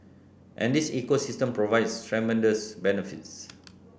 and this ecosystem provides tremendous benefits